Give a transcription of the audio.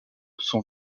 son